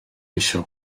eisiau